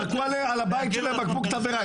זרקו על הבית שלהם בקבוק תבערה,